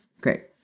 great